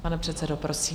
Pane předsedo, prosím.